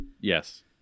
Yes